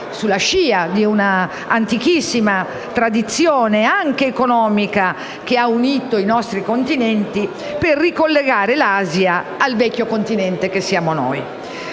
sulla scia di una antichissima tradizione, anche economica, che ha unito i nostri continenti, per ricollegare l'Asia al Vecchio continente che siamo noi.